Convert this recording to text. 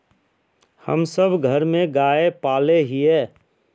हम सब घर में गाय पाले हिये?